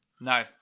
No